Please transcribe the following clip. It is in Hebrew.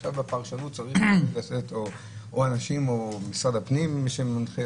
ועכשיו בפרשנות צריך של משרד הפנים או אחרים,